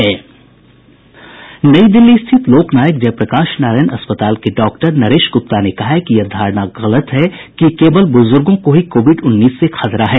नई दिल्ली स्थित लोकनायक जयप्रकाश नारायण अस्पताल के डॉक्टर नरेश गुप्ता ने कहा है कि यह धारणा गलत है कि केवल बुजुर्गों को ही कोविड उन्नीस से खतरा है